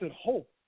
hope